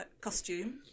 costume